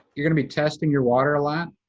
you're gonna be testing your water a lot.